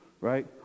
Right